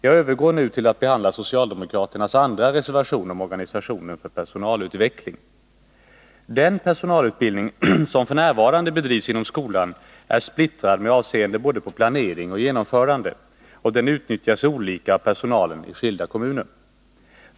Jag övergår nu till att behandla socialdemokraternas andra reservation, som rör organisationen för personalutveckling. Den personalutbildning som f. n. bedrivs inom skolan är splittrad med avseende på både planering och genomförande, och den utnyttjas olika av personalen i skilda kommuner.